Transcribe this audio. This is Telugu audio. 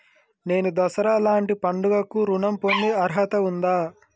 నేను దసరా లాంటి పండుగ కు ఋణం పొందే అర్హత ఉందా?